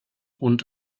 und